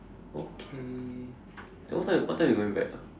okay then what time what time we going back ah